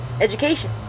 Education